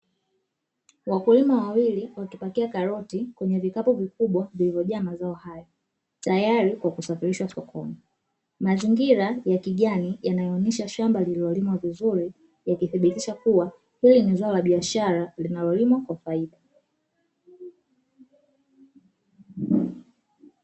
Wakulima wawili wakipakia karoti kwenye vikapu vikubwa vilivyojaa mazao hayo, tayari kwa kusafirishwa sokoni. Mazingira ya kijani yanayoonyesha shamba lililolimwa vizuri yakithibitisha kuwa hili ni zao la biashara linalolimwa kwa faida.